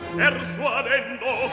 persuadendo